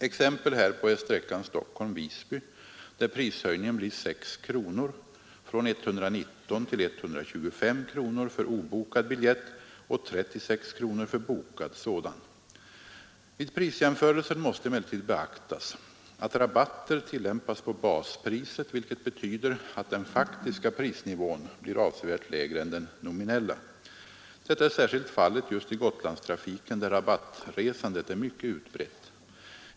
Exempel härpå är sträckan Stockholm—Visby där prishöjningen blir 6 kronor — från 119 till 125 kronor — för obokad biljett och 36 kronor för bokad sådan. Vid prisjämförelsen måste emellertid beaktas att rabatter tillämpas på baspriset, vilket betyder att den faktiska prisnivån blir avsevärt lägre än den nominella. Detta är särskilt fallet just i Gotlandstrafiken där rabattresandet är mycket utbrett.